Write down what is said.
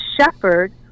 shepherd